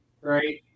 right